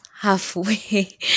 halfway